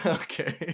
okay